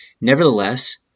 Nevertheless